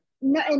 no